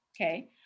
okay